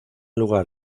lugar